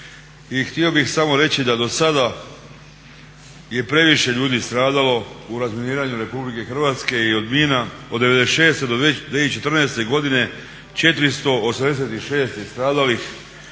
htio bih samo reći da do sada je previše ljudi stradalo u razminiranju Republike Hrvatske i od mina od '96. do 2014. godine 486 je stradalih,